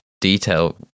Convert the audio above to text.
detail